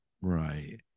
right